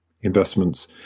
investments